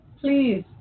Please